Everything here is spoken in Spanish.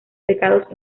pecados